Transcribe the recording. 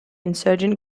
insurgent